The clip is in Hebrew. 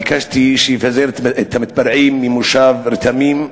ביקשתי שיפזר את המתפרעים ממושב רתמים,